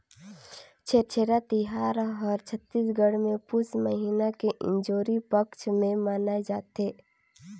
छेरछेरा तिहार हर छत्तीसगढ़ मे पुस महिना के इंजोरी पक्छ मे मनाए जथे